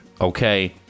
okay